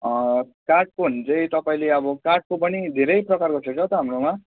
काठको हो भने चाहिँ तपाईँले अब काठको पनि धेरै प्रकारको छ क्या हो त हाम्रोमा